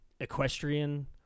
equestrian